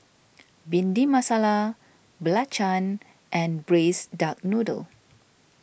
Bhindi Masala Belacan and Braised Duck Noodle